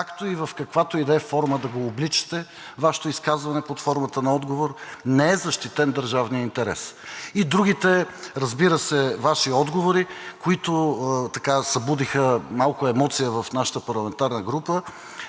както в каквато и да е форма да го обличате. От Вашето изказване под формата на отговор не е защитен държавният интерес. И другите, разбира се, Ваши отговори, събудиха малко емоция в нашата парламентарна група,